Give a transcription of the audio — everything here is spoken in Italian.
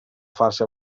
farsi